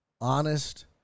honest